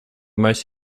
most